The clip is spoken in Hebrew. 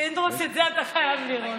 פינדרוס, את זה אתה חייב לראות.